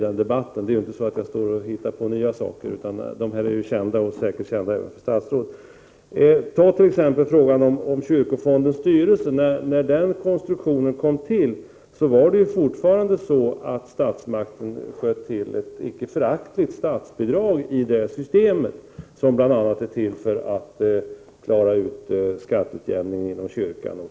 Jag står ju inte här och hittar på nya saker, utan de frågor som jag tar upp är kända, och de är säkert kända även för statsrådet. När t.ex. konstruktionen av kyrkofondens styrelse kom till sköt statsmakten fortfarande till ett icke föraktligt statsbidrag, bl.a. för att klara av skatteutjämningen inom kyrkan.